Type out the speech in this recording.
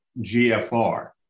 GFR